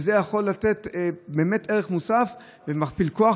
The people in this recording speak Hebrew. וזה יכול לתת ערך מוסף ומכפיל כוח,